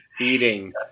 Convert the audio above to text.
eating